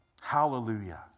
Hallelujah